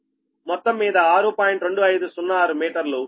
2506 మీటర్లు